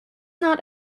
not